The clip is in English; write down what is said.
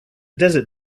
desert